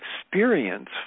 experience